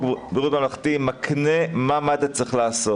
בריאות ממלכתי מקנה מה מד"א צריך לעשות,